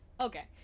Okay